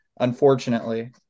Unfortunately